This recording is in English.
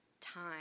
time